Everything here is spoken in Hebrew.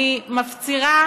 אני מפצירה